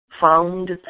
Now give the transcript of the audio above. found